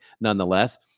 nonetheless